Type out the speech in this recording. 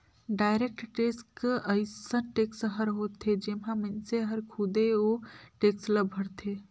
direct tax अइसन tax हर होथे जेम्हां मइनसे हर खुदे ओ टेक्स ल भरथे